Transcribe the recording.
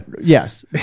Yes